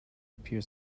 appear